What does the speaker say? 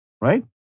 Right